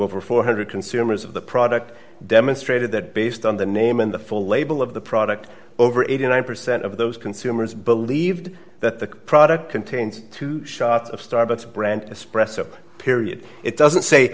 over four hundred dollars consumers of the product demonstrated that based on the name and the full label of the product over eighty nine percent of those consumers believed that the product contains two shots of starbucks brand espresso period it doesn't say